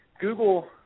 Google